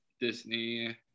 Disney